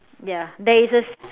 ya there is a